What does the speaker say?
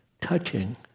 touching